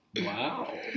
Wow